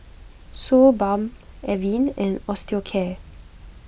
Suu Balm Avene and Osteocare